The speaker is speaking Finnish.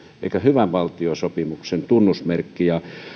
eikä hyvän valtiosopimuksen tunnusmerkki